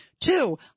Two